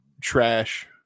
trash